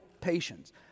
patience